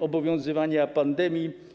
obowiązywania pandemii.